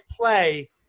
play